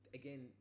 again